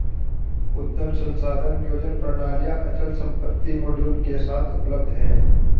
उद्यम संसाधन नियोजन प्रणालियाँ अचल संपत्ति मॉड्यूल के साथ उपलब्ध हैं